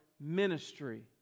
ministry